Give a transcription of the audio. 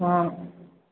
ହଁ